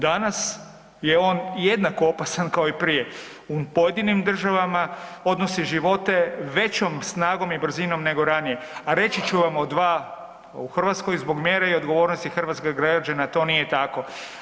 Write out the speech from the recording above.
Danas je on jednako opasan kao i prije, u pojedinim državama odnosi živote većom snagom i brzinom nego ranije, a reći ću vam od dva, u Hrvatskoj zbog mjera i odgovornosti hrvatskih građana to nije tako.